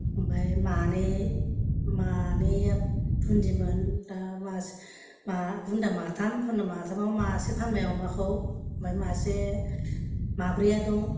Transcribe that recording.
ओमफ्राय मानै मानैया बुन्दिमोन दा मासे मा बुन्दा माथाम माथामाव मासे फानबाय आं अमाखौ ओमफाय मासे माब्रैया दं